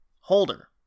holder